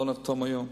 לא נחתום היום,